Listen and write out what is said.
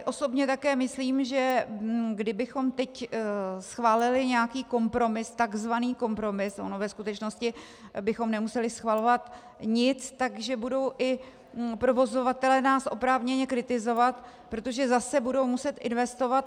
Osobně si také myslím, že kdybychom teď schválili nějaký kompromis, takzvaný kompromis, ono ve skutečnosti bychom nemuseli schvalovat nic, tak že budou i provozovatelé nás oprávněně kritizovat, protože zase budou muset investovat.